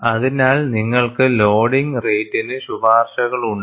അതിനാൽ നിങ്ങൾക്ക് ലോഡിങ് റേറ്റിന് ശുപാർശകൾ ഉണ്ട്